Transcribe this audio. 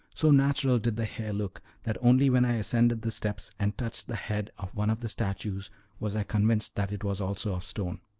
so natural did the hair look, that only when i ascended the steps and touched the head of one of the statues was i convinced that it was also of stone.